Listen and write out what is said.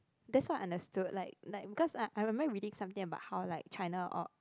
that's what I understood like like because I I remember reading about how like China or